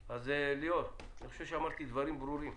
אז, ליאור, אני חושב שאמרתי דברים ברורים.